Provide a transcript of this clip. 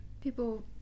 People